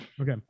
Okay